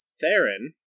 Theron